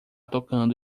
tocando